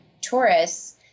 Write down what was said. tourists